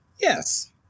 Yes